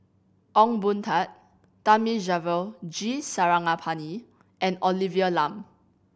Ong Boon Tat Thamizhavel G Sarangapani and Olivia Lum